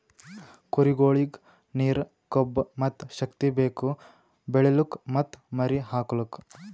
ಕುರಿಗೊಳಿಗ್ ನೀರ, ಕೊಬ್ಬ ಮತ್ತ್ ಶಕ್ತಿ ಬೇಕು ಬೆಳಿಲುಕ್ ಮತ್ತ್ ಮರಿ ಹಾಕಲುಕ್